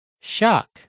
Shock